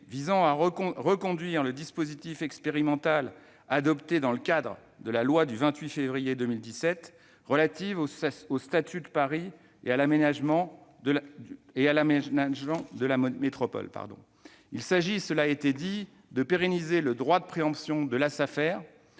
visant à reconduire le dispositif expérimental adopté dans le cadre de la loi du 28 février 2017 relative au statut de Paris et à l'aménagement métropolitain. Il s'agit- cela a été rappelé -de pérenniser le droit de préemption de la Safer